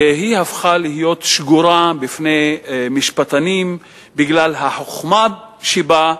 והיא הפכה להיות שגורה בפי משפטנים בגלל החוכמה שבה,